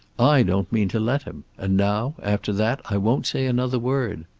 i don't mean to let him and now, after that, i won't say another word.